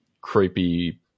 creepy